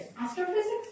Astrophysics